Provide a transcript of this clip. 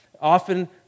often